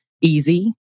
easy